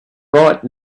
right